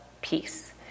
peace